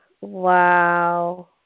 wow